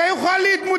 אתה יכול להתמודד,